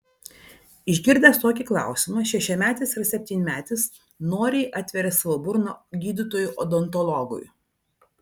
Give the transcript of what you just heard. išgirdęs tokį klausimą šešiametis ar septynmetis noriai atveria savo burną gydytojui odontologui